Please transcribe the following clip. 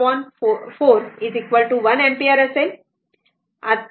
तर ते 441 अँपिअर असेल बरोबर हे आता अँपिअर आहे